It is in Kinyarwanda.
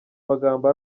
magambo